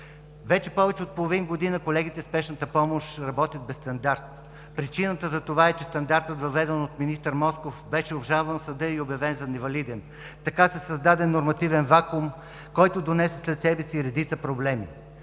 Повече от половин година колегите в спешната помощ работят без стандарт. Причината за това е, че стандартът, въведен от министър Москов, беше обжалван в съда и обявен за невалиден. Така се създаде нормативен вакуум, който донесе след себе си редица проблеми.